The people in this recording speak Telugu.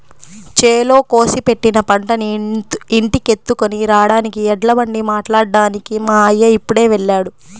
చేలో కోసి పెట్టిన పంటని ఇంటికెత్తుకొని రాడానికి ఎడ్లబండి మాట్లాడ్డానికి మా అయ్య ఇప్పుడే వెళ్ళాడు